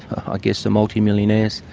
ah guess the multimillionaires,